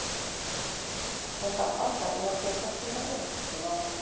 that's wonderful, i was about to ask that. you answered my question without me asking. ta-dah.